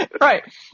Right